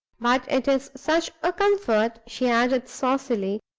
but it is such a comfort, she added, saucily,